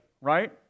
right